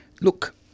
Look